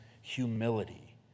humility